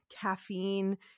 caffeine